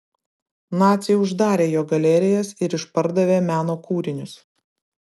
naciai uždarė jo galerijas ir išpardavė meno kūrinius